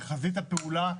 בחזית הפעולה,